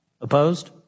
Opposed